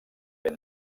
ben